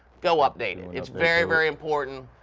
go update it. it's very very important,